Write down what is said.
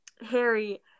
harry